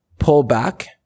pullback